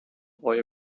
boy